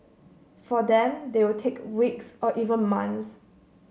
for them they will take weeks or even months